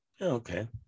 Okay